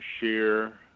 share